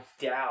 doubt